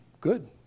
Good